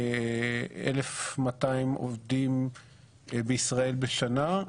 יש כאן כאלף מאתיים עובדים בישראל בשנה,